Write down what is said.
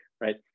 right